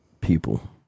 people